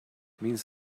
means